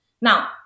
Now